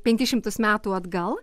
penkis šimtus metų atgal